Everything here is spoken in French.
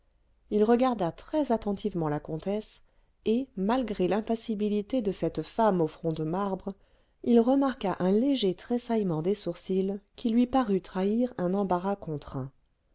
il regarda très attentivement la comtesse et malgré l'impassibilité de cette femme au front de marbre il remarqua un léger tressaillement des sourcils qui lui parut trahir un embarras contraint